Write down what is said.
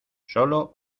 solo